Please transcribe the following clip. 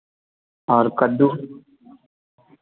और कद्दू